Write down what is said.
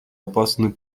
опасный